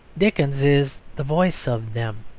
dickens is the voice of them,